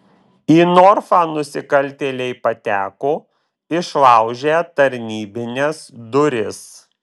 į norfą nusikaltėliai pateko išlaužę tarnybines duris